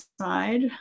side